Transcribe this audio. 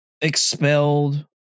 expelled